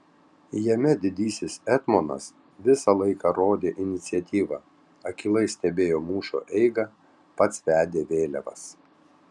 jame didysis etmonas visą laiką rodė iniciatyvą akylai stebėjo mūšio eigą pats vedė vėliavas